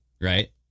right